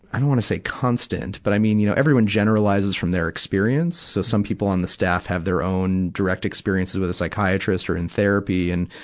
i don't wanna say constant. but i mean, you know, everyone generalizes from their experience. so some people on the staff have their own direct experience with a psychiatrist or in therapy and,